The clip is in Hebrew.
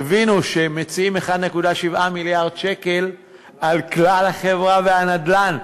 תבינו שכשמציעים 1.7 מיליארד שקל על כלל החברה והנדל"ן,